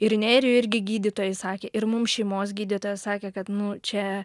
ir nerijui irgi gydytojai sakė ir mum šeimos gydytoja sakė kad nu čia